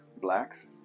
blacks